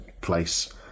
place